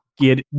get